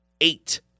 eight